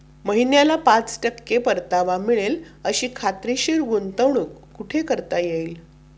महिन्याला पाच टक्के परतावा मिळेल अशी खात्रीशीर गुंतवणूक कुठे करता येईल?